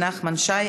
נחמן שי,